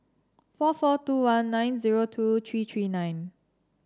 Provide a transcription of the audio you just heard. four four two one nine zero two three three nine